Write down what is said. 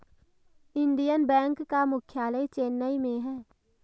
Indian bank का मुख्यालय चेन्नई में है